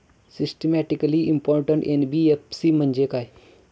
Systematically important NBFC म्हणजे काय?